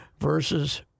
versus